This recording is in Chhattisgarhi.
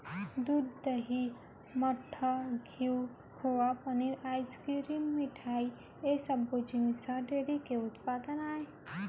दूद, दही, मठा, घींव, खोवा, पनीर, आइसकिरिम, मिठई ए सब्बो जिनिस ह डेयरी के उत्पादन आय